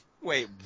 Wait